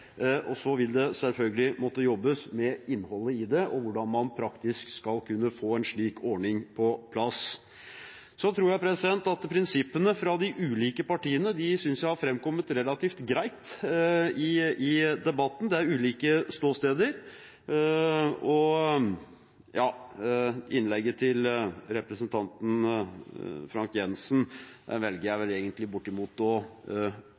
så vil det selvfølgelig måtte jobbes med innholdet i det og med hvordan man praktisk skal kunne få en slik ordning på plass. Jeg synes at prinsippene fra de ulike partiene har framkommet relativt greit i debatten. Det er ulike ståsteder. Innlegget fra representanten Frank J. Jenssen velger jeg bortimot å